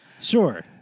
Sure